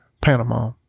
Panama